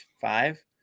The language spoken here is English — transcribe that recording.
five